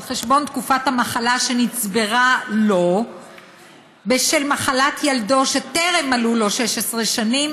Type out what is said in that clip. על חשבון תקופת המחלה שנצברה לו בשל מחלת ילדו שטרם מלאו לו 16 שנים,